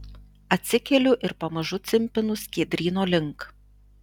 atsikeliu ir pamažu cimpinu skiedryno link